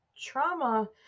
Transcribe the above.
trauma